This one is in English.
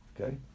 Okay